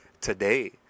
today